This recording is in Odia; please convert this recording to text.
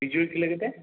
ପିଜୁଳି କିଲୋ କେତେ